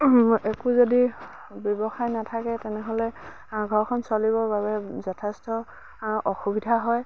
একো যদি ব্যৱসায় নাথাকে তেনেহ'লে ঘৰখন চলিবৰ বাবে যথেষ্ট অসুবিধা হয়